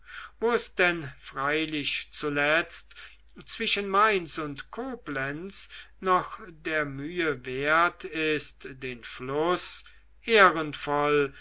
wo es denn freilich zuletzt zwischen mainz und koblenz noch der mühe wert ist den fluß ehrenvoll